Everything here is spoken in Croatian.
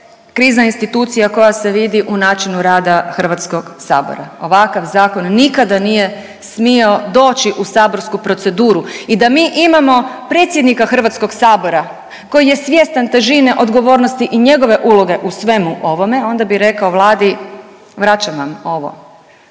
kriza institucija koja se vidi u načinu rada HS, ovakav zakon nikada nije smio doći u saborsku proceduru i da mi imamo predsjednika HS koji je svjestan težine odgovornosti i njegove uloge u svemu ovome onda bi rekao Vladi vraćam vam ovo